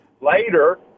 Later